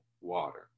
water